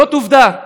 זאת עובדה.